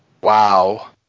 Wow